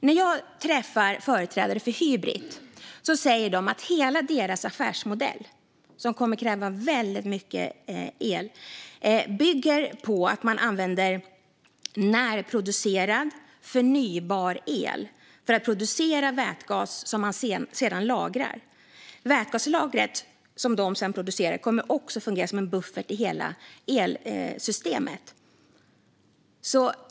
När jag träffar företrädare för Hybrit säger de att hela deras affärsmodell, som kommer att kräva väldigt mycket el, bygger på att man använder närproducerad, förnybar el för att producera vätgas som man sedan lagrar. Vätgaslagret, som de sedan producerar, kommer också att fungera som en buffert i hela elsystemet.